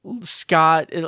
Scott